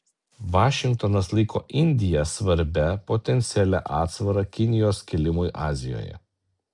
vašingtonas laiko indiją svarbia potencialia atsvara kinijos kilimui azijoje